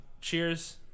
cheers